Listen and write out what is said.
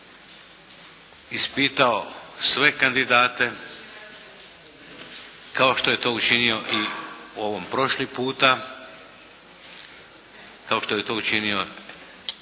Ispitao sve kandidate kao što je to učinio i u ovom prošli puta. Kao što je to učinio